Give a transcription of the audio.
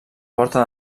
porta